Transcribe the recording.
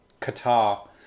Qatar